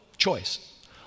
choice